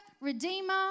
redeemer